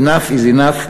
יש גבול.enough is enough.